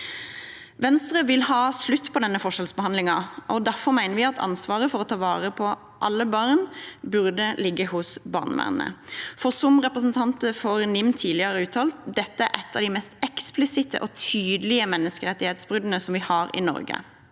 Venstre vil ha slutt på denne forskjellsbehandlingen, og derfor mener vi at ansvaret for å ta vare på alle barn burde ligge hos barnevernet, for som representanter for NIM tidligere har uttalt: Dette er et av de mest eksplisitte og tydelige menneskerettighetsbruddene vi har i Norge